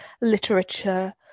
literature